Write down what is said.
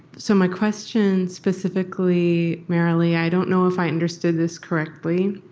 so my question, specifically merilee, i don't know if i understood this correctly.